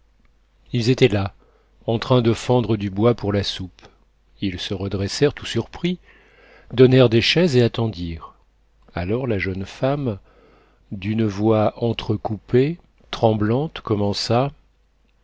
ils étaient là en train de fendre du bois pour la soupe ils se redressèrent tout surpris donnèrent des chaises et attendirent alors la jeune femme d'une voix entrecoupée tremblante commença